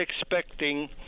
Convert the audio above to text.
expecting